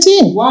Wow